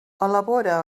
elabora